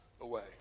away